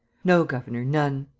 no, governor, none.